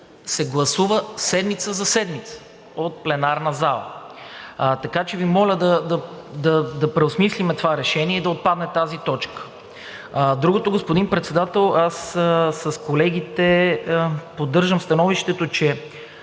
се гласува седмица за седмица от пленарната зала, така че Ви моля да преосмислим това решение и да отпадне тази точка. Другото, господин Председател, с колегите поддържам становището, че